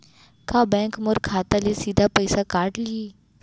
का बैंक मोर खाता ले सीधा पइसा काट लिही?